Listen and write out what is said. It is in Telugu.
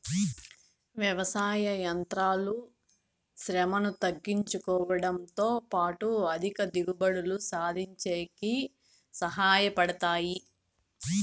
వ్యవసాయ యంత్రాలు శ్రమను తగ్గించుడంతో పాటు అధిక దిగుబడులు సాధించేకి సహాయ పడతాయి